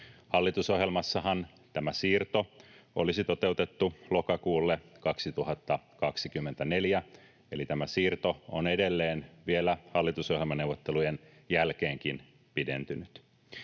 Hallitusohjelmassahan tämä siirto olisi toteutettu lokakuulle 2024, eli tämä siirto on edelleen vielä hallitusohjelmaneuvottelujen jälkeenkin pidentynyt.